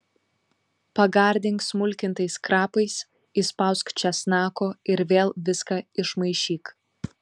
pagardink smulkintais krapais įspausk česnako ir vėl viską išmaišyk